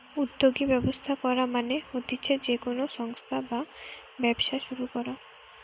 উদ্যোগী ব্যবস্থা করা মানে হতিছে যে কোনো সংস্থা বা ব্যবসা শুরু করা